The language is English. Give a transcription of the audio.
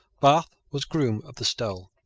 bath was groom of the stole.